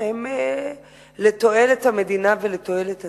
הן לתועלת המדינה ולתועלת הציבור.